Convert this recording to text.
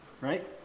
right